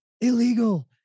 illegal